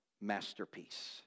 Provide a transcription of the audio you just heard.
masterpiece